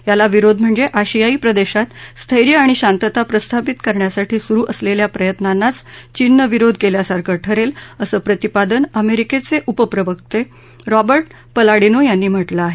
याला विरोध म्हणजे आशियाई प्रदेशात स्थैर्य आणि शांतता प्रस्थापित करण्यासाठी सुरु असलेल्या प्रयत्नाचाच चीननं विरोध केल्यासारखं ठरेल असं प्रतिपादन अमेरिकेचे उपप्रवक्ते रॉबर्ट पलाडिनो यांनी म्हटलं आहे